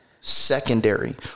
secondary